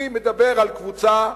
אני מדבר על קבוצה,